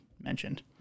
mentioned